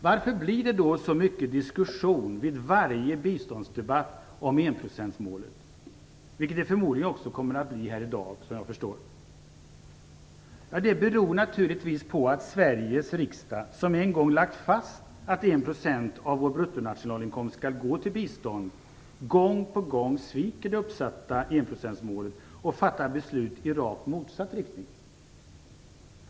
Varför blir det då så mycket diskussion vid varje biståndsdebatt om enprocentsmålet, vilket det förmodligen också kommer att bli här i dag, vad jag förstår? Ja, det beror naturligtvis på att Sveriges riksdag, som en gång lagt fast att 1 % av vår bruttonationalinkomst skall gå till bistånd, gång på gång sviker det uppsatta enprocentsmålet och fattar beslut i rakt motsatt riktning.